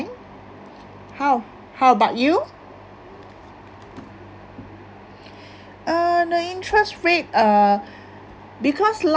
how how about you uh the interest rate uh because